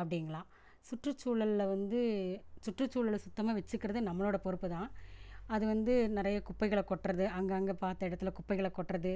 அப்படிங்கிலாம் சுற்றுச்சூழல்ல வந்து சுற்றுச்சூழலை சுத்தமாக வச்சிக்கிறதே நம்மளோட பொறுப்பு தான் அது வந்து நிறைய குப்பைகளை கொட்டுறது அங்கங்கே பார்த்தா இடத்துல குப்பைகளை கொட்டுறது